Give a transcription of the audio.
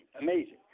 Amazing